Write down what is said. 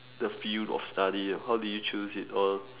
the field of study and how did you choose it or